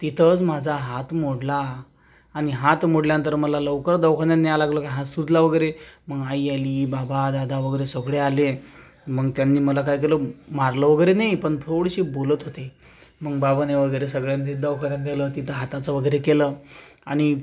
तिथंच माझा हात मोडला आणि हात मोडल्यानंतर मला लवकरच दवाखान्यात न्यावं लागलं की हात सुजला वगैरे मग आई आली बाबा दादा वगैरे सगळे आले मग त्यांनी मला काय केलं मारलं वगैरे नाही पण थोडेसे बोलत होते मग बाबांनी वगैरे सगळ्यांनी दवाखान्यात नेलं तिथं हाताचं वगैरे केलं आणि